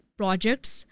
projects